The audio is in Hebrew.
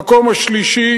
המקום השלישי